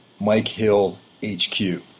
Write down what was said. MikeHillHQ